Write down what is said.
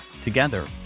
Together